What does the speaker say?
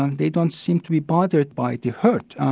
um they don't seem to be bothered by the hurt.